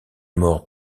mort